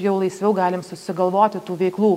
jau laisviau galim susigalvoti tų veiklų